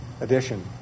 edition